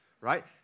right